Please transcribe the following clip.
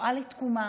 משואה לתקומה,